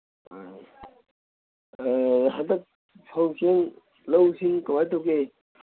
ꯑ ꯍꯟꯗꯛ ꯐꯧ ꯆꯦꯡ ꯂꯧ ꯁꯤꯡ ꯀꯃꯥꯏ ꯇꯧꯒꯦ